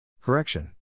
Correction